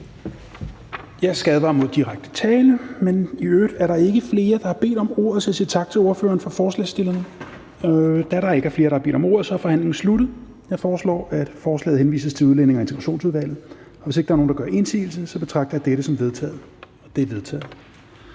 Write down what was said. Jeg skal advare mod direkte tiltale. Men i øvrigt er der ikke flere, der har bedt om ordet, så jeg siger tak til ordføreren for forslagsstillerne. Da der ikke er flere, der har bedt om ordet, er forhandlingen sluttet. Jeg foreslår, at forslaget til folketingsbeslutning henvises til i Udlændinge- og Integrationsudvalget. Hvis ingen gør indsigelse, betragter jeg dette som vedtaget. Det er vedtaget.